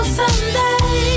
someday